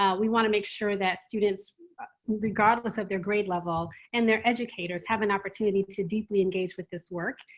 ah we want to make sure that students regardless of their grade level and their educators have an opportunity to deeply engage with this work.